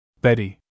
Betty